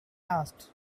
asked